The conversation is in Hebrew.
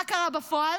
מה קרה בפועל?